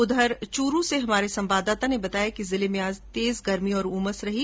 उधर चूरू से हमारे संवाददाता ने बताया कि जिले में आज तेज गर्मी और उमस रही